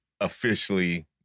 officially